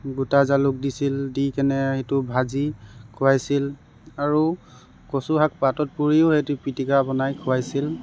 গোটা জালুক দিছিল দি কেনে সেইটো ভাজি খুৱাইছিল আৰু কচুশাক পাতত পুৰিও সিহঁতি পিটিকা বনাই খুৱাইছিল